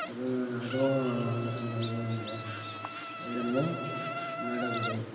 அதுவும் அதுவும் எந்த இதுவும் இல்லை எல்லாமே நடக்குது